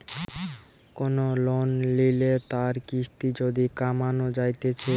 কোন লোন লিলে তার কিস্তি যদি কমানো যাইতেছে